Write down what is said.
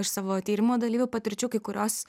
iš savo tyrimo dalyvių patirčių kai kurios